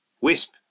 Wisp